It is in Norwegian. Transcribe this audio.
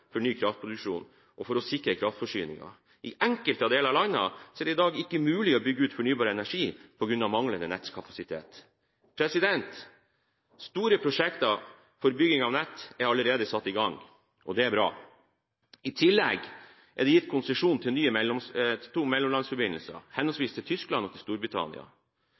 for ny kraftproduksjon og for å sikre kraftforsyningen. I enkelte deler av landet er det i dag ikke mulig å bygge ut fornybar energi på grunn av manglende nettkapasitet. Store prosjekter for bygging av nytt nett er allerede satt i gang. Det er bra. I tillegg er det gitt konsesjon til to nye mellomlandsforbindelser, henholdsvis til Tyskland og til Storbritannia.